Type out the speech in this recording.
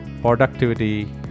productivity